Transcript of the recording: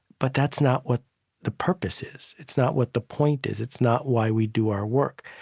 but that's not what the purpose is. it's not what the point is. it's not why we do our work.